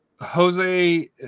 Jose